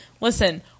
Listen